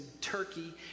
Turkey